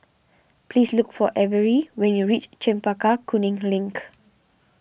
please look for Averie when you reach Chempaka Kuning Link